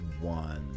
one